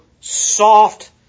soft